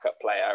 player